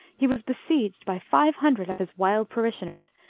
he was besieged by five hundred of his wild parishioners,